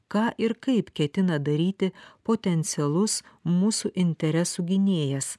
ką ir kaip ketina daryti potencialus mūsų interesų gynėjas